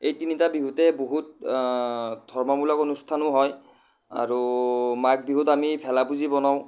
এই তিনিটা বিহুতে বহুত ধৰ্মামূলক অনুষ্ঠানো হয় আৰু মাঘ বিহুত আমি ভেলাপুঁজি বনাওঁ